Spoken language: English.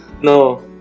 No